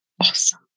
Awesome